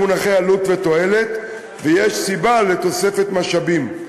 מונחי עלות ותועלת ויש סיבה לתוספת משאבים.